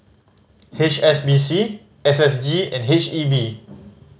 H S B C S S G and H E B